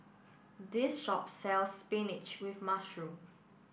this shop sells Spinach with Mushroom